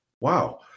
Wow